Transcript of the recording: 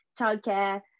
childcare